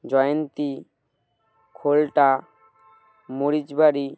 জয়ন্তী Kholta মরিচবাড়ি